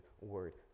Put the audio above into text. word